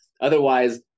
Otherwise